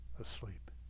asleep